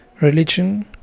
religion